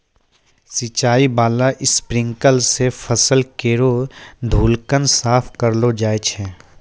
सिंचाई बाला स्प्रिंकलर सें फसल केरो धूलकण साफ करलो जाय छै